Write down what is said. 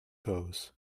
pose